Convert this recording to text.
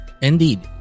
indeed